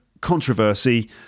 controversy